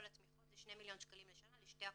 התמיכות זה שני מיליון ₪ לשנה לשתי הקופות,